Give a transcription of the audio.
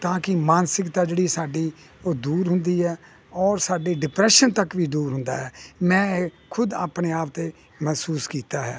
ਤਾਂ ਕਿ ਮਾਨਸਿਕਤਾ ਜਿਹੜੀ ਸਾਡੀ ਉਹ ਦੂਰ ਹੁੰਦੀ ਹੈ ਔਰ ਸਾਡਾ ਡਿਪਰੈਸ਼ਨ ਤੱਕ ਵੀ ਦੂਰ ਹੁੰਦਾ ਮੈਂ ਇਹ ਖੁਦ ਆਪਣੇ ਆਪ 'ਤੇ ਮਹਿਸੂਸ ਕੀਤਾ ਹੈ